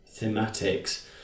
thematics